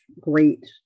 great